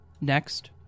Next